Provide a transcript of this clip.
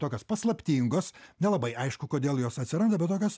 tokios paslaptingos nelabai aišku kodėl jos atsiranda bet tokios